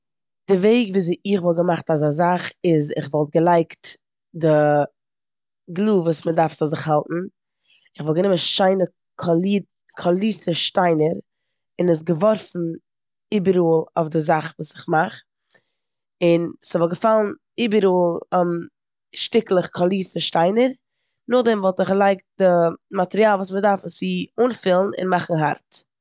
די וועג וויאזוי איך וואלט געמאכט אזא זאך איז כ'וואלט געלייגט די גלו וואס מ'דארף ס'זאל זיך האלטן און כ'וואלט גענומען שיינע קאלי- קאלירטע שטיינער און עס געווארפן איבעראל אויף די זאך וואס כ'מאך און ס'וואלט געפאלן איבעראל שטיקלעך קאלירטע שטיינער, נאכדעם וואלט איך געלייגט די מאטריאל וואס מ'דארף צו אנפילן און מאכן הארט.